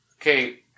Okay